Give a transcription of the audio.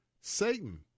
Satan